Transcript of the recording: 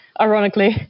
ironically